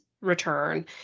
return